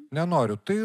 nenoriu tai